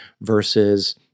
versus